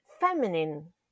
feminine